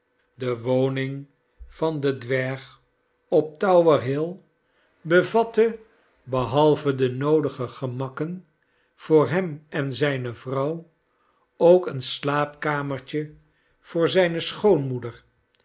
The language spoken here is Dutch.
de woning van den dwerg op tower hill nelly bevatte behalve de noodige gemakken voor hem en zijne vrouw ook een slaapkamertje voor zijne schoonmoeder